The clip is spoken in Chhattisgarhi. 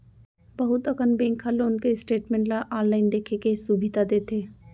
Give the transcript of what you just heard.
बहुत अकन बेंक ह लोन के स्टेटमेंट ल आनलाइन देखे के सुभीता देथे